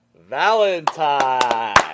valentine